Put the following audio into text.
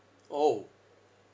orh